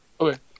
Okay